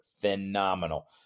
phenomenal